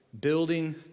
Building